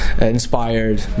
inspired